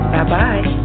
Bye-bye